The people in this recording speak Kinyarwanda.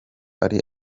ari